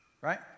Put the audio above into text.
right